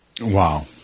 Wow